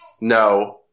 No